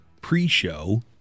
pre-show